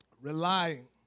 Relying